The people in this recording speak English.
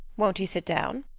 won't you sit down?